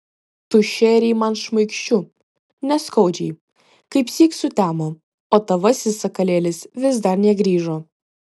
tu šėrei man šmaikščiu neskaudžiai kaipsyk sutemo o tavasis sakalėlis vis dar negrįžo